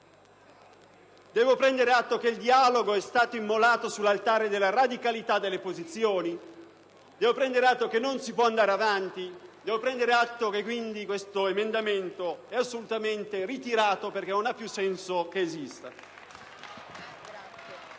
Devo prendere atto che il dialogo è stato immolato sull'altare della radicalità delle posizioni. Devo prendere atto che non si può andare avanti. Pertanto, l'emendamento 3.162 è ritirato, perché non ha più senso che esista.